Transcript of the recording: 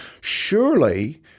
Surely